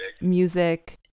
music